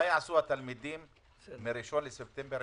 מה יעשו התלמידים מ-1 בספטמבר,